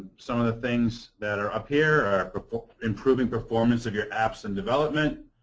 some of the things that are up here are improving performance of your apps in development,